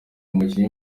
umukinnyi